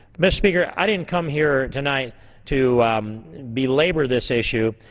mr. speaker, i didn't come here tonight to belabor this issue,